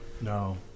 no